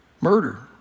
Murder